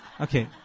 Okay